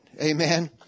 amen